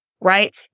right